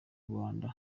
rwanda